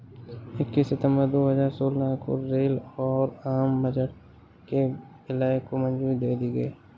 इक्कीस सितंबर दो हजार सोलह को रेल और आम बजट के विलय को मंजूरी दे दी गयी